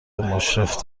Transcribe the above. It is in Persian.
مشرف